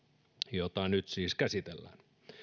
jota nyt siis käsitellään